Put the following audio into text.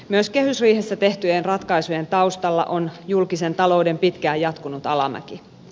myös kehysriihessä tehtyjen ratkaisujen taustalla on julkisen talouden pitkään jatkunut alamäki